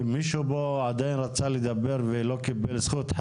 מישהו פה עדיין רצה לדבר ולא קיבל זכות?